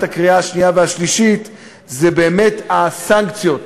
הקריאה השנייה והשלישית זה הסנקציות,